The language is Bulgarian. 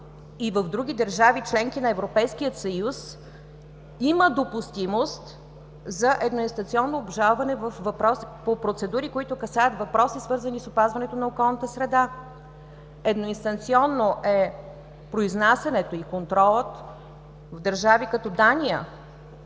и в други държави – членки на Европейския съюз, има допустимост за едноинстационно обжалване по процедури, които касаят въпроси, свързани с опазване на околната среда. Едноинстанционно е произнасянето и контролът в държави като Дания,